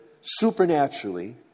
supernaturally